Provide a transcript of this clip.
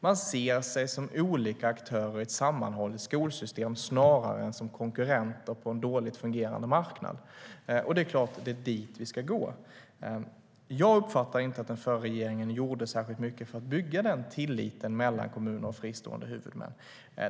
Man ser sig som olika aktörer i ett sammanhållet skolsystem snarare än som konkurrenter på en dåligt fungerande marknad. Det är klart att det är dit vi ska gå. Jag uppfattar inte att den förra regeringen gjorde särskilt mycket för att bygga den tilliten mellan kommuner och fristående huvudmän.